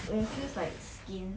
when it feels like skin